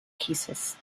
cases